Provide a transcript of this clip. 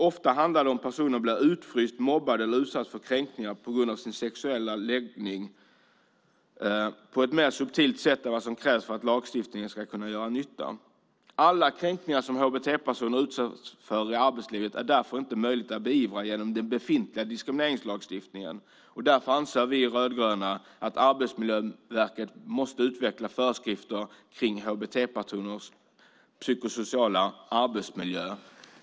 Ofta handlar det om att personen blir utfryst, mobbad eller utsatt för kränkning på grund av sin sexuella läggning på ett mer subtilt sätt än vad som krävs för att lagstiftningen ska kunna göra nytta. Det är därför inte möjligt att genom den befintliga diskrimineringslagstiftningen beivra alla kränkningar som hbt-personer utsätts för i arbetslivet. Därför anser vi rödgröna att Arbetsmiljöverket måste utveckla föreskrifter om hbt-personers psykosociala arbetsmiljö.